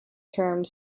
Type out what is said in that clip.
termed